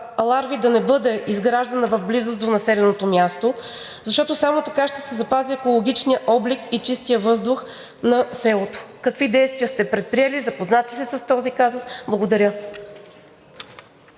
ларви да не бъде изграждана в близост до населеното място, защото само така ще се запази екологичният облик и чистият въздух на селото? Какви действия сте предприели, запознат ли сте с този казус? Благодаря.